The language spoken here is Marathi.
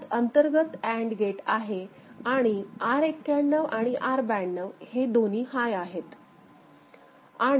ह्यात अंतर्गत अँड गेट आहे आणि R91 आणि R92 आणि हे दोन्ही हाय आहेत